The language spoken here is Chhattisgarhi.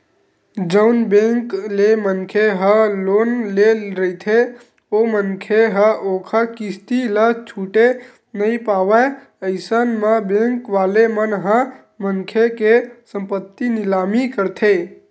जउन बेंक ले मनखे ह लोन ले रहिथे ओ मनखे ह ओखर किस्ती ल छूटे नइ पावय अइसन म बेंक वाले मन ह मनखे के संपत्ति निलामी करथे